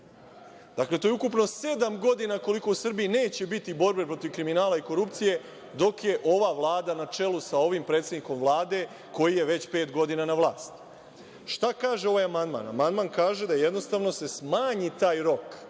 Dakle, to je ukupno sedam godina koliko u Srbiji neće biti borbe protiv kriminala i korupcije, dok je ova Vlada na čelu, sa ovim predsednikom Vlade koji je već pet godina na vlasti. Šta kaže ovaj amandman? Amandman kaže da se jednostavno smanji taj rok,